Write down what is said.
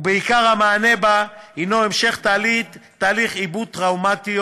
ועיקר המענה בהן הוא המשך תהליך עיבוד הטראומות,